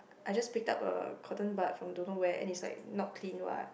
I just pick up a cotton bud from don't know where and it's like not clean what